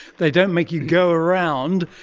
they don't make you go around,